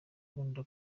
nkunda